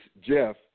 Jeff